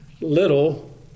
little